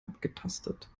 abgetastet